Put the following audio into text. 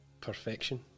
perfection